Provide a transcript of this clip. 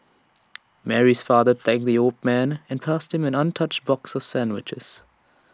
Mary's father thanked the old man and passed him an untouched box sandwiches